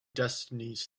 destinies